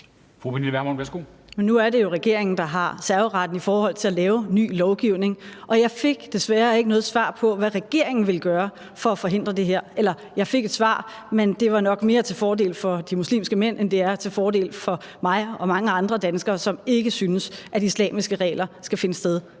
Men nu er det jo regeringen, der har serveretten i forhold til at lave ny lovgivning. Og jeg fik desværre ikke noget svar på, hvad regeringen vil gøre for at forhindre det her – eller jeg fik et svar, men det var nok mere til fordel for de muslimske mænd, end det var til fordel for mig og mange andre danskere, som ikke synes, at islamiske regler skal gælde på